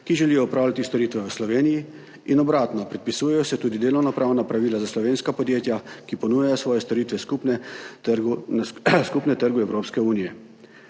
ki želijo opravljati storitve v Sloveniji, in obratno. Predpisujejo se tudi delovnopravna pravila za slovenska podjetja, ki ponujajo svoje storitve na skupnem trgu Evropske unije.